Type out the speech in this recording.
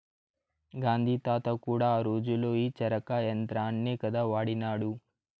గాంధీ తాత కూడా ఆ రోజుల్లో ఈ చరకా యంత్రాన్నే కదా వాడినాడు